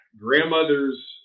grandmother's